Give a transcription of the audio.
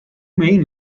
main